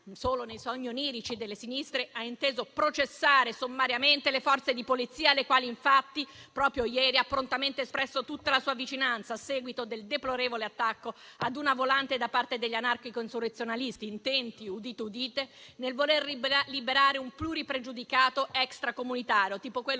rappresentazioni oniriche delle sinistre - ha inteso processare sommariamente le Forze di polizia, alle quali infatti proprio ieri ha prontamente espresso tutta la sua vicinanza a seguito del deplorevole attacco a una volante da parte degli anarco-insurrezionalisti, intenti - udite, udite - a liberare un pluripregiudicato extracomunitario, tipo quello che